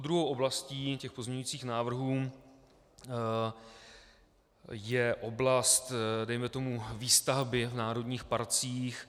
Druhou oblastí pozměňujících návrhů je oblast dejme tomu výstavby v národních parcích.